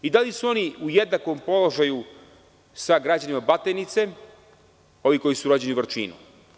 I da li su oni u jednakom položaju sa građanima Batajnice, oni koji su rođeni u Vrčinu?